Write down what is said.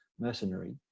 mercenary